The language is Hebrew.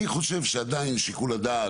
אני חושב שעדיין שיקול הדעת,